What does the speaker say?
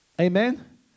Amen